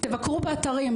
תבקרו באתרים,